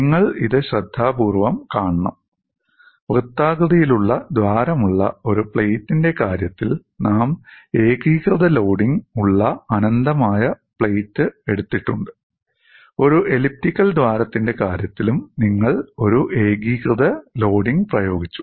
നിങ്ങൾ ഇത് ശ്രദ്ധാപൂർവ്വം കാണണം വൃത്താകൃതിയിലുള്ള ദ്വാരമുള്ള ഒരു പ്ലേറ്റിന്റെ കാര്യത്തിൽ നാം ഏകീകൃത ലോഡിംഗ് ഉള്ള അനന്തമായ പ്ലേറ്റ് എടുത്തിട്ടുണ്ട് ഒരു എലിപ്റ്റിക്കൽ ദ്വാരത്തിന്റെ കാര്യത്തിലും നിങ്ങൾ ഒരു ഏകീകൃത ലോഡിംഗ് പ്രയോഗിച്ചു